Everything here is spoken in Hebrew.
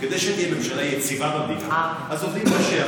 כדי שתהיה ממשלה יציבה, אז עובדים קשה.